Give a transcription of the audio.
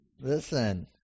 listen